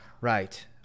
Right